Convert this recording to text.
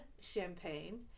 champagne